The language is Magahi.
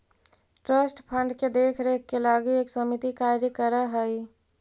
ट्रस्ट फंड के देख रेख के लगी एक समिति कार्य कर हई